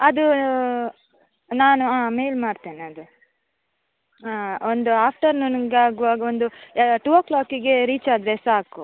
ಅದು ನಾನು ಮೇಲ್ ಮಾಡ್ತೇನೆ ಅದು ಒಂದು ಆಫ್ಟರ್ನೂನಿಗೆ ಆಗ್ವಾಗ ಒಂದು ಟು ಒ ಕ್ಲಾಕಿಗೆ ರೀಚಾದರೆ ಸಾಕು